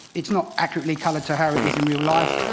it's not accurately colored to how it is in real life.